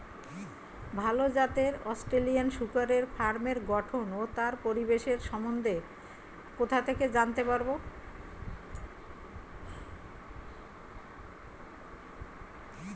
ভাল জাতের অস্ট্রেলিয়ান শূকরের ফার্মের গঠন ও তার পরিবেশের সম্বন্ধে কোথা থেকে জানতে পারবো?